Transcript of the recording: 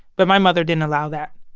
but my mother didn't allow that.